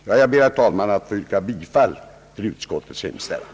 Jag ber, herr talman, att få yrka bifall till utskottets hemställan.